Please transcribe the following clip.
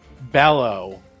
bellow